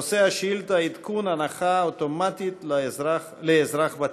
נושא השאילתה: עדכון הנחה אוטומטית לאזרח ותיק.